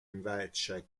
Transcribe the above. invece